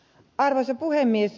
arvoisa puhemies